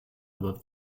above